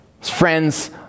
Friends